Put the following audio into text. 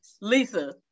Lisa